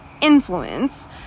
influence